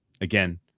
again